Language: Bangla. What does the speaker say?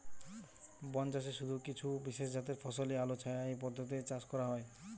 বনচাষে শুধু কিছু বিশেষজাতের ফসলই আলোছায়া এই পদ্ধতিতে চাষ করা হয়